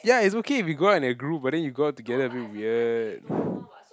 ya it's okay if we go out in a group but then you go out together a bit weird